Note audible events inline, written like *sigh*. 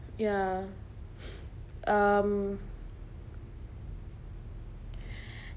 ya *breath* um *breath*